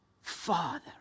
Father